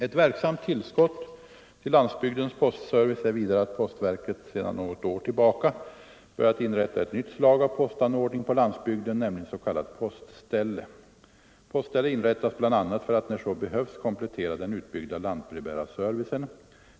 Ett verksamt tillskott till landsbygdens postservice är vidare, att postverket sedan något år tillbaka börjat inrätta ett nytt slag av postanordning på landsbygden, nämligen s.k. postställe. Postställe inrättas bl.a. för att när så behövs komplettera den utbyggda lantbrevbärarservicen.